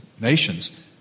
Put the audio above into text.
nations